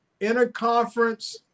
interconference